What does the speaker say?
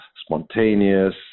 spontaneous